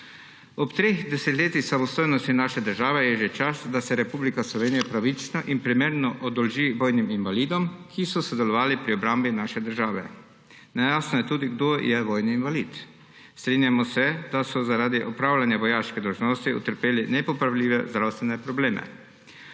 Ob treh desetletjih samostojnosti naše države je že čas, da se Republika Slovenija pravično in primerno oddolži vojnim invalidom, ki so sodelovali pri obrambi naše države. Nejasno je tudi, kdo je vojni invalid. Strinjamo se, da so zaradi opravljanja vojaške dolžnosti utrpeli nepopravljive zdravstvene probleme.